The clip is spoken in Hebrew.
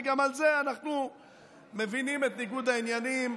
וגם בזה אנחנו מבינים את ניגוד העניינים.